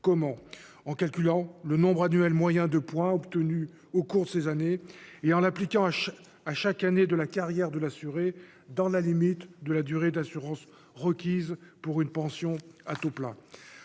parvenir ? En calculant le nombre annuel moyen de points obtenus au cours de ces années et en l'appliquant à chaque année de la carrière de l'assuré, dans la limite de la durée d'assurance requise pour une pension à taux plein.